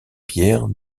pierre